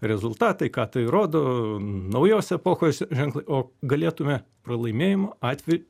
rezultatai ką tai rodo naujos epochos ženklai o galėtume pralaimėjimo atveju